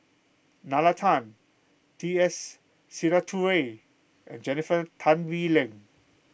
Nalla Tan T S Sinnathuray and Jennifer Tan Bee Leng